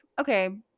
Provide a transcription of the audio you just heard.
okay